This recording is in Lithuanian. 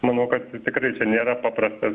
manau kad tikrai nėra paprastas